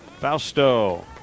Fausto